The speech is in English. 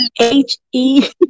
H-E